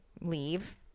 leave